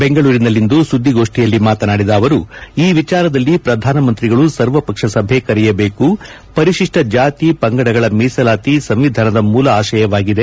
ಬೆಂಗಳೂರಿನಲ್ಲಿಂದು ನಡೆದ ಸುದ್ಲಿಗೋಷ್ನಿಯಲ್ಲಿ ಮಾತನಾಡಿದ ಅವರು ಈ ವಿಚಾರದಲ್ಲಿ ಪ್ರಧಾನ ಮಂತ್ರಿಗಳು ಸರ್ವಪಕ್ಷ ಸಭೆ ಕರೆಯಬೇಕು ಪರಿತಿಷ್ಲ ಜಾತಿ ಪಂಗಡ ಮೀಸಲಾತಿ ಸಂವಿಧಾನದ ಮೂಲ ಆಶಯವಾಗಿದೆ